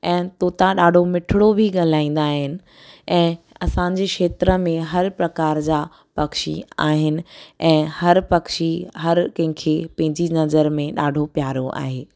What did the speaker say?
ऐं तोता ॾाढो मिठिड़ो बि ॻाल्हाईंदा आहिनि ऐं असांजी क्षेत्र में हर प्रकार जा पक्षी आहिनि ऐं हर पक्षी हर कंहिंखे पंहिंजी नज़र में ॾाढो प्यारो आहे